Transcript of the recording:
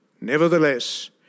Nevertheless